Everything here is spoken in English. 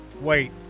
Wait